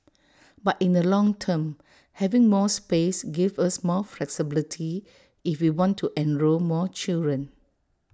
but in the long term having more space give us more flexibility if we want to enrol more children